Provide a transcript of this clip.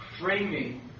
framing